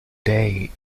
day